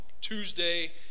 Tuesday